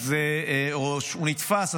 או שהוא נתפס,